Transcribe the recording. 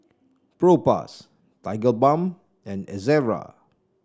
Propass Tigerbalm and Ezerra